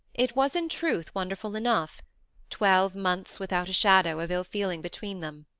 it was in truth wonderful enough twelve months without a shadow of ill-feeling between them.